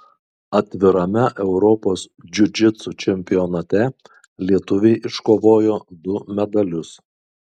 atvirame europos džiudžitsu čempionate lietuviai iškovojo du medalius